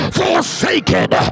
forsaken